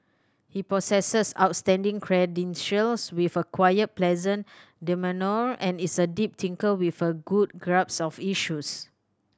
he possesses outstanding credentials with a quiet pleasant demeanour and is a deep thinker with a good grasp of issues